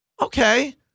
okay